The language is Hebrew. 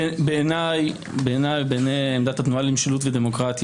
בעיניי ובעיני התנועה למשילות ודמוקרטיה,